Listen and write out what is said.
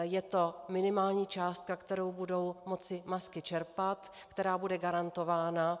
Je to minimální částka, kterou budou moci MASKy čerpat, která bude garantována.